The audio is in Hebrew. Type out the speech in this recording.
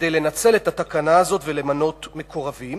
כדי לנצל את התקנה הזאת ולמנות מקורבים,